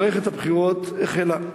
מערכת הבחירות החלה.